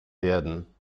werden